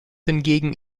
hingegen